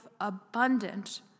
abundant